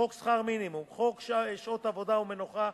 חוק שכר מינימום, חוק שעות עבודה ומנוחה,